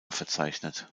verzeichnet